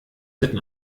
sitten